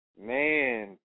man